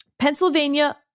Pennsylvania